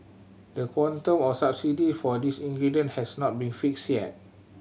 the quantum of subsidy for these ingredient has not been fixed yet